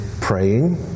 praying